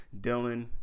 dylan